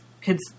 kids